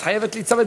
את חייבת להיצמד,